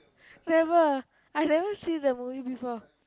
never I never see that movie before